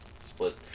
split